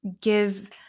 give